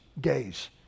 gays